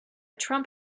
trump